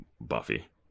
buffy